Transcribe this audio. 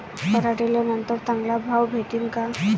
पराटीले नंतर चांगला भाव भेटीन का?